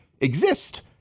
exist